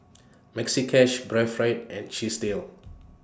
Maxi Cash Breathe Right and Chesdale